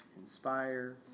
inspire